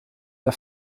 der